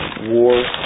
war